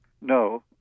No